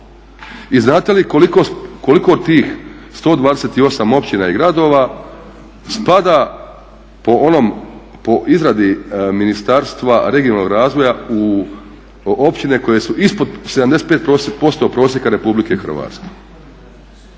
I znate li koliko od tih 128 općina spada po ono, po izradi Ministarstva regionalnog razvoja u općine koje su ispod 75% prosjeka Republike Hrvatske?